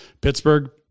Pittsburgh